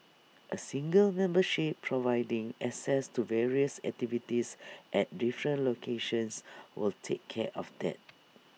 A single membership providing access to various activities at different locations would take care of that